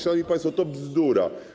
Szanowni państwo, to bzdura.